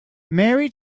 mary